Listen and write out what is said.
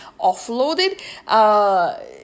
offloaded